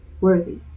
worthy